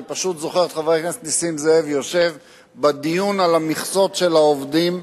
אני פשוט זוכר את חבר הכנסת נסים זאב יושב בדיון על המכסות של העובדים,